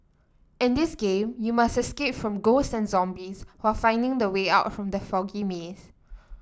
in this game you must escape from ghosts and zombies while finding the way out from the foggy maze